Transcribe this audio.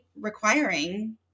requiring